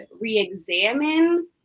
re-examine